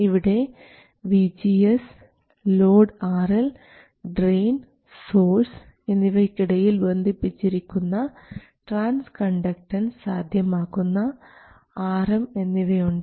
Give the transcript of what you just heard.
ഇവിടെ vgs load RL drain source എന്നിവയ്ക്കിടയിൽ ബന്ധിപ്പിച്ചിരിക്കുന്ന ട്രാൻസ് കണ്ടക്ടൻസ് സാധ്യമാക്കുന്ന Rm എന്നിവയുണ്ട്